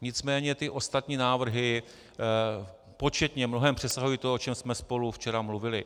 Nicméně ty ostatní návrhy početně mnohem přesahují to, o čem jsme spolu včera mluvili.